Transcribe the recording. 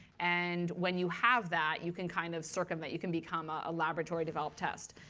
and when you have that, you can kind of circumvent. you can become a laboratory developed test.